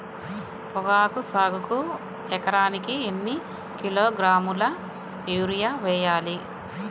పొగాకు సాగుకు ఎకరానికి ఎన్ని కిలోగ్రాముల యూరియా వేయాలి?